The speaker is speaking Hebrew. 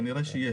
כנראה שיש.